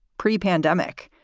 pre-pandemic.